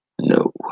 no